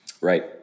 Right